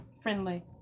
friendly